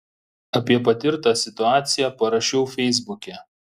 apie patirtą situaciją parašiau feisbuke